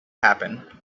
happen